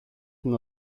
την